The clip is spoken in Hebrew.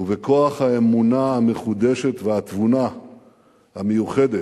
ובכוח האמונה המחודשת והתבונה המיוחדת